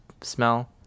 smell